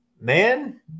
Man